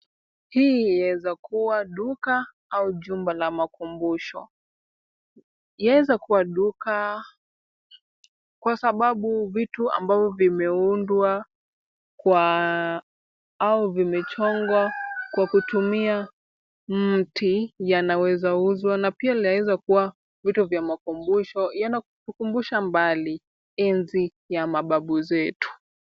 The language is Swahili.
Hii yaweza kuwa duka ama jumba la makumbusho. Yaweza kuwa duka kwa sababu vitu ambavyo vimeundwa kwa au vimechongwa kwa kutumia mti yanaweza uzwa na pia linaweza kuwa vitu vya makumbusho yanakukumbusha mbali, enzi ya mababu zetu.